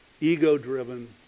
ego-driven